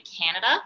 Canada